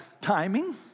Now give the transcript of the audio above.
timing